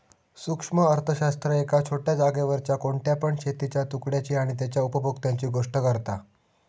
सूक्ष्म अर्थशास्त्र एका छोट्या जागेवरच्या कोणत्या पण शेतीच्या तुकड्याची आणि तेच्या उपभोक्त्यांची गोष्ट करता